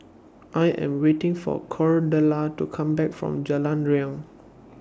I Am waiting For Cordella to Come Back from Jalan Riang